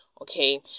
okay